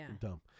dumb